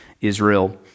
Israel